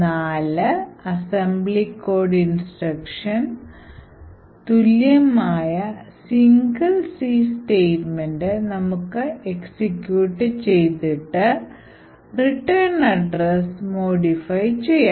നാല് assembly code instruction തുല്യമായ single C statement നമുക്ക് എക്സിക്യൂട്ട് ചെയ്തിട്ട് റിട്ടേൺ അഡ്രസ്സ് മോഡിഫൈ ചെയ്യാം